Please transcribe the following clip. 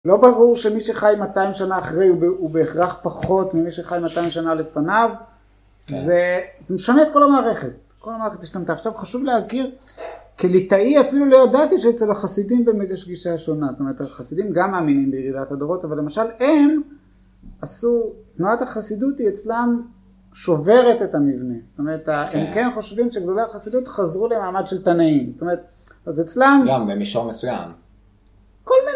לא ברור שמי שחי 200 שנה אחרי הוא בהכרח פחות ממי שחי 200 שנה לפניו. זה משנה את כל המערכת. כל המערכת השתנתה. עכשיו חשוב להכיר, כליטאי אפילו לא ידעתי שאצל החסידים באמת יש גישה שונה. זאת אומרת, החסידים גם מאמינים בירידת הדורות, אבל למשל הם, עשו, תנועת החסידות היא אצלם שוברת את המבנה. זאת אומרת, הם כן חושבים שגדולי החסידות חזרו למעמד של תנאים. זאת אומרת, אז אצלם... גם במישור מסוים. כל..